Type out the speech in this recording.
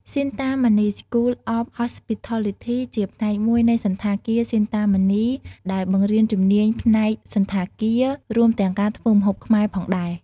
Shinta Mani School of Hospitality ជាផ្នែកមួយនៃសណ្ឋាគារ Shinta Mani ដែលបង្រៀនជំនាញផ្នែកសណ្ឋាគារ រួមទាំងការធ្វើម្ហូបខ្មែរផងដែរ ។